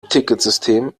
ticketsystem